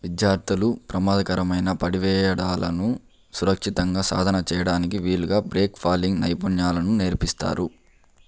విద్యార్థులు ప్రమాదకరమైన పడివేయడాలను సురక్షితంగా సాధన చేయడానికి వీలుగా బ్రేక్ ఫాలింగ్ నైపుణ్యాలను నేర్పిస్తారు